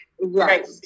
Right